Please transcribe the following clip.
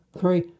three